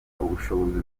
ubushobozi